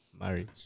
marriage